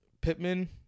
Pittman